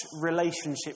relationship